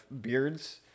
beards